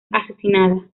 asesinada